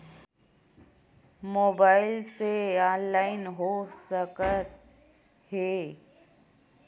Mobile से online हो सकत हे?